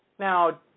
Now